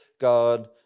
God